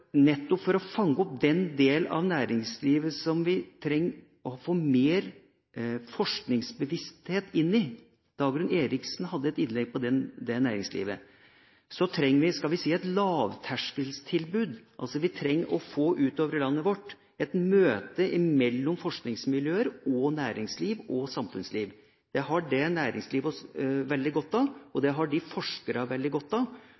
å fange opp den delen av næringslivet som vi trenger å få mer forskningsbevissthet inn i – Dagrun Eriksen hadde et innlegg om det næringslivet – trenger vi et – skal vi si – lavterskeltilbud. Vi trenger utover i landet vårt å få et møte mellom forskningsmiljøer og næringsliv og samfunnsliv. Det har næringslivet veldig godt av, og det har forskerne veldig godt av.